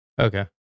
Okay